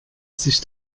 sich